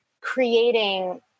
creating